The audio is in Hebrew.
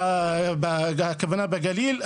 הכוונה בגליל.